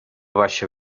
baixa